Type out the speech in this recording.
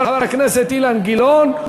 חבר הכנסת אילן גילאון,